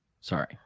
Sorry